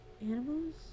animals